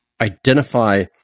identify